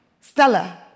Stella